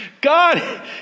God